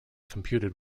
computed